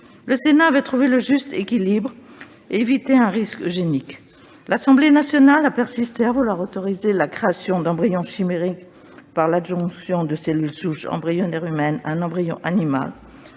Le Sénat avait trouvé le juste équilibre et évité le risque eugénique, mais l'Assemblée nationale a persisté dans sa volonté d'autoriser la création d'embryons chimériques par l'adjonction de cellules souches embryonnaires humaines à un embryon animal.